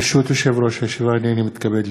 ברשות יושב-ראש הישיבה, הנני מתכבד להודיעכם,